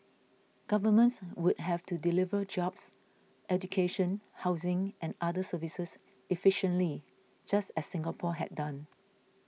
governments would have to deliver jobs education housing and other services efficiently just as Singapore had done